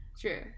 True